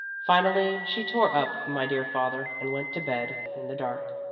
finally she tore up my dear father, and went to bed in the dark.